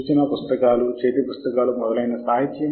శోధన చేయాల్సిన సమయ వ్యవధిని చూడటం కూడా ముఖ్యం